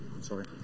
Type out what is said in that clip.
sorry